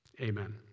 amen